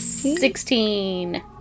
Sixteen